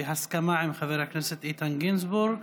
בהסכמה עם חבר הכנסת איתן גינזבורג.